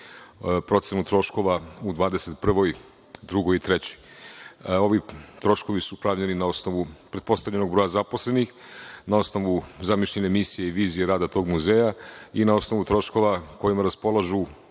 procenu troškova u 2021, 2022. i 2023. godini. Ovi troškovi su pravljeni na osnovu pretpostavljenog broja zaposlenih, na osnovu zamišljene misije i vizije rada tog muzeja i na osnovu troškova kojima raspolažu